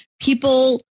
people